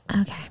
Okay